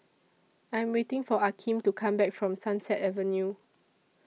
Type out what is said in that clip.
I Am waiting For Akeem to Come Back from Sunset Avenue